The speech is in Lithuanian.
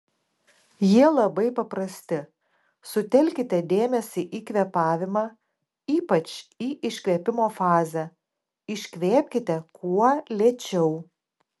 jie labai paprasti sutelkite dėmesį į kvėpavimą ypač į iškvėpimo fazę iškvėpkite kuo lėčiau